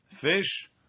Fish